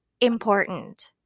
important